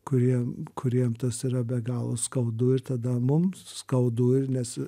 kurie kuriem tas yra be galo skaudu ir tada mums skaudu nes